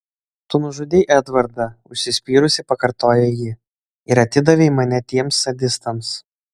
tu nužudei edvardą užsispyrusi pakartoja ji ir atidavei mane tiems sadistams